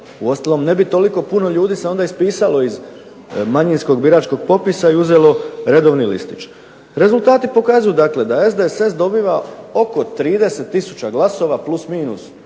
Uostalom ne bi toliko puno ljudi se onda ispisalo iz manjinskog biračkog popisa i uzelo redovni listić. Rezultati pokazuju, dakle da SDSS dobiva oko 30000 glasova plus, minus